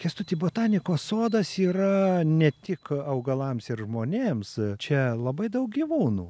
kęstuti botanikos sodas yra ne tik augalams ir žmonėms čia labai daug gyvūnų